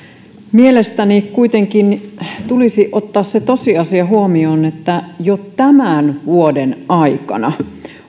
mielestäni tulisi kuitenkin ottaa huomioon se tosiasia että jo tämän vuoden aikana